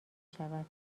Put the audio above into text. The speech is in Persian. شود